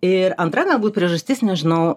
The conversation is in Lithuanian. ir antra galbūt priežastis nežinau